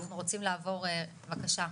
אנחנו רוצים לעבור בבקשה,